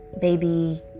baby